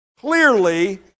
clearly